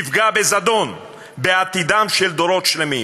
נפגע בזדון בעתידם של דורות שלמים.